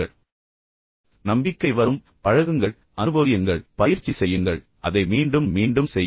எனவே நம்பிக்கை வரும் பழகுங்கள் அனுபவியுங்கள் பயிற்சி செய்யுங்கள் அதை மீண்டும் மீண்டும் செய்யுங்கள்